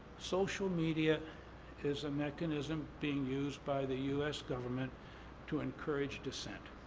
social media is a mechanism being used by the u s. government to encourage dissent.